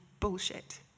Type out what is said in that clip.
bullshit